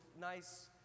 nice